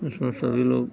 जिसमें सभी लोग